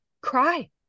cry